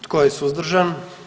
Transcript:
Tko je suzdržan?